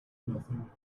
nothing